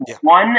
One